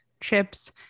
chips